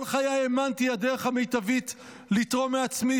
כל חיי האמנתי שהדרך המיטבית לתרום מעצמי,